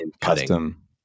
Custom